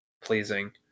Pleasing